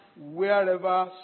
wherever